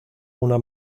una